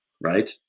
right